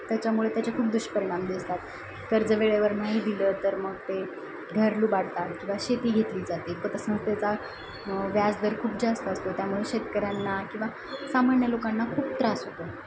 त्याच्यामुळे त्याचे खूप दुष्परिणाम दिसतात कर्ज वेळेवर नाही दिलं तर मग ते घर लुबाडतात किंवा शेती घेतली जाते व तसं त्याचा व्याज दर खूप जास्त असतो त्यामुळे शेतकऱ्यांना किंवा सामान्य लोकांना खूप त्रास होतो